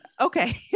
Okay